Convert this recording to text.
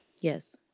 Yes